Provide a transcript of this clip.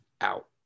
out